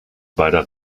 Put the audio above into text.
beider